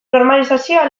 normalizazioa